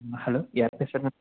ம் ஹலோ யார் பேசுகிறது